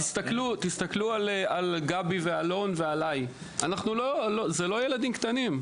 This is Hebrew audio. תסתכלו על גבי, אלון ועליי זה לא ילדים קטנים.